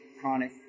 chronic